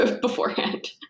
beforehand